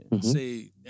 Say